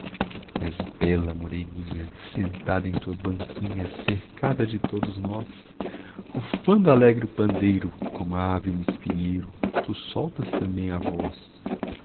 bela moreninha sentada em tua banquinha cercada de todos nós rufando alegre o pandeiro como a ave no espinheiro tu soltas também a voz